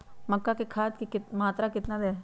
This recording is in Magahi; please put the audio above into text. मक्का में खाद की मात्रा कितना दे?